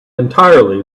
entirely